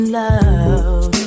love